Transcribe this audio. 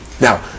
Now